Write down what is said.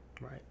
Right